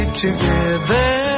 together